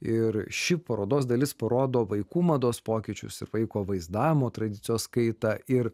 ir ši parodos dalis parodo vaikų mados pokyčius ir vaiko vaizdavimo tradicijos kaitą ir